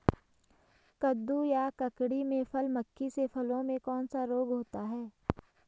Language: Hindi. कद्दू या ककड़ी में फल मक्खी से फलों में कौन सा रोग होता है?